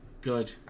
good